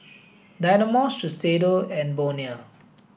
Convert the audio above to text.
Dynamo Shiseido and Bonia